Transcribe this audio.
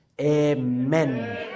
Amen